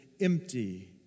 empty